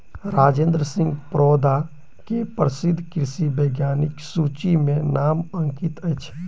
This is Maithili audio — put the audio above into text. राजेंद्र सिंह परोदा के प्रसिद्ध कृषि वैज्ञानिकक सूचि में नाम अंकित अछि